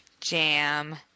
Jam